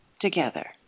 together